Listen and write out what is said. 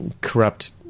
corrupt